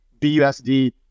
BUSD